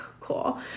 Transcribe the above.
cool